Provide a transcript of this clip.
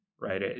right